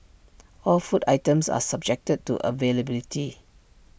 all food items are subjected to availability